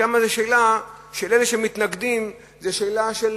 שם זו שאלה, לאלה שמתנגדים זו שאלה של